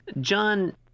John